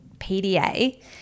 PDA